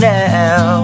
now